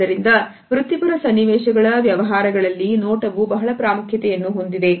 ಆದ್ದರಿಂದ ವೃತ್ತಿಪರ ಸನ್ನಿವೇಶಗಳ ವ್ಯವಹಾರಗಳಲ್ಲಿ ನೋಟವು ಬಹಳ ಪ್ರಾಮುಖ್ಯತೆಯನ್ನು ಹೊಂದಿದೆ